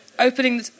opening